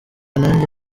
nanjye